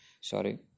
sorry